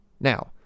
Now